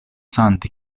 santi